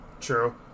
True